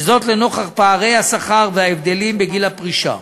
וזאת לנוכח פערי השכר וההבדלים בגיל הפרישה.